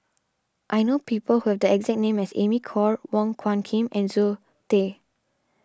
I know people who have the exact name as Amy Khor Wong Hung Khim and Zoe Tay